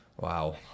Wow